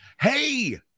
hey